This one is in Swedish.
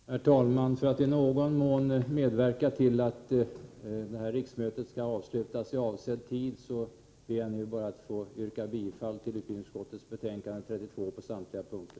Herr talman! För att i någon mån medverka till att detta riksmöte skall kunna avslutas i avsedd tid, ber jag bara att få yrka bifall till hemställan i utbildningsutskottets betänkande nr 32 på samtliga punkter.